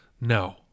no